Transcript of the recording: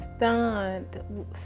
stunned